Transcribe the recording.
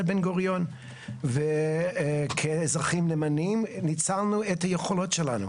בן גוריון וכאזרחים נאמנים ניצלנו את היכולות שלנו.